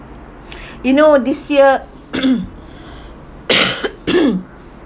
you know this year